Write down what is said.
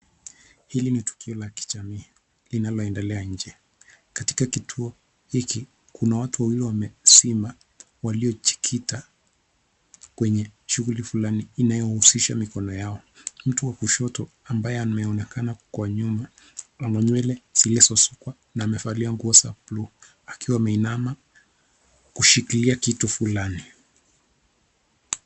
Hili ni tukio la kijamii linaloendelea nje. Katika kituo hiki kuna watu wawili wamesima waliojikita kwenye shughuli flani inayohusisha mikono yao. Mtu wa kushoto ambaye ameonekana kwa nyuma ana nywele zilizoshukwa na amevalia nguo za buluu akiwa ameinama kushikilia kitu flani.